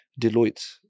Deloitte